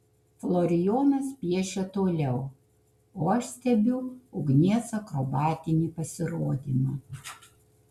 florijonas piešia toliau o aš stebiu ugnies akrobatinį pasirodymą